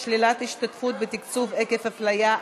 שלילת השתתפות בתקציב עקב הפליה),